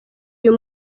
uyu